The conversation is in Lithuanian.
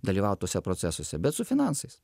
dalyvaut tuose procesuose bet su finansais